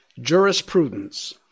jurisprudence